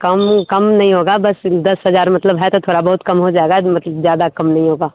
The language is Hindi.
कम नहीं कम नहीं होगा बस दस हज़ार मतलब है तो थोड़ा बहुत कम हो जाएगा जो बाक़ी ज़्यादा कम नहीं होगा